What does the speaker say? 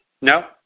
No